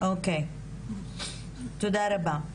תודה רבה.